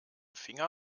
finger